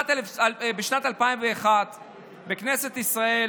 בשנת 2001 חוקק בכנסת ישראל